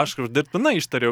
aišku aš dirbtinai ištariau